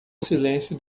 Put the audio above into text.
silêncio